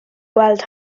gweld